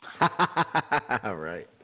Right